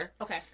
Okay